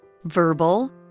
verbal